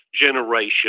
generation